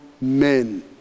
men